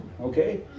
Okay